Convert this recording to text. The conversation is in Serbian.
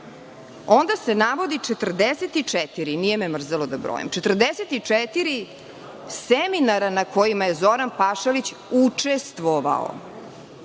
se navodi 44, nije me mrzelo da brojim, 44 seminara na kojima je Zoran Pašalić učestvovao,